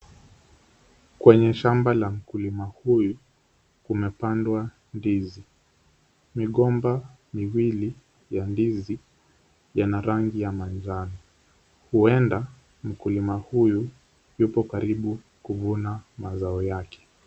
Kwenye shamba la mkulima huyu, kumepandwa ndizi. Migomba miwili ya ndizi yana rangi ya manjano. Huenda mkulima huyu yupo karibu kuvuna mazao yake.